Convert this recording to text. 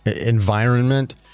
environment